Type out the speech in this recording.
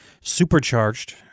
supercharged